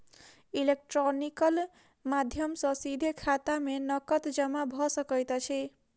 electronical माध्यम सॅ सीधे खाता में नकद जमा भ सकैत अछि